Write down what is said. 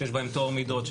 שיש בהם טוהר מידות,